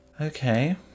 Okay